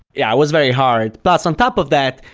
yeah, it was very hard. plus on top of that,